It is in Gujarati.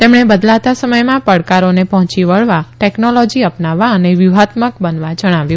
તેમણે બદલાતા સમયમાં ઃ ડકારોને ઃ હોંચી વળવા ટેકનોલોજી અ નાવવા અને વ્યુહાત્મક બનવા જણાવ્યું